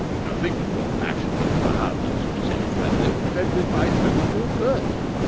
nothing but your passion and violence, you silly fellow, prevented my telling you at first.